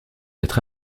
être